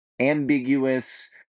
ambiguous